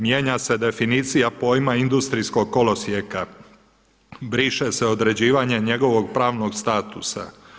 Mijenja se definicija pojma industrijskog kolosijeka, briše se određivanje njegovog pravnog statusa.